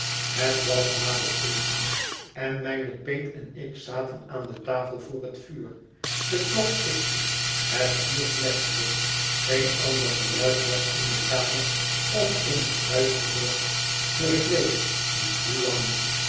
het was na den eten en mijne peet en ik zaten aan de tafel voor het vuur de klok tikte het vuur knetterde geen ander geluid was in de kamer of in het huis gehoord voor ik weet niet hoelang